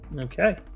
Okay